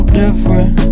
different